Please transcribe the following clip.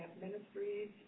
Ministries